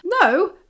No